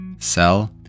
sell